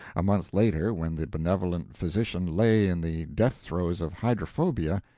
a month later, when the benevolent physician lay in the death-throes of hydrophobia,